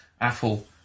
Apple